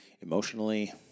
emotionally